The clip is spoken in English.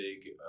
big